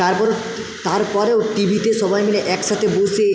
তারপরও তারপরেও টি ভিতে সবাই মিলে একসাথে বসে